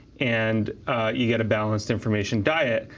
and you get a balanced information diet.